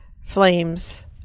flames